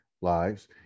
lives